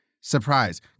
surprise